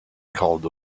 called